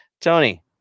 tony